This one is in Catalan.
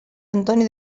antoni